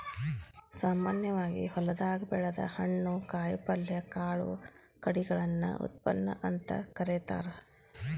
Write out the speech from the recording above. ಸಾಮಾನ್ಯವಾಗಿ ಹೊಲದಾಗ ಬೆಳದ ಹಣ್ಣು, ಕಾಯಪಲ್ಯ, ಕಾಳು ಕಡಿಗಳನ್ನ ಉತ್ಪನ್ನ ಅಂತ ಕರೇತಾರ